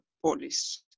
police